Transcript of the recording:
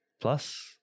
plus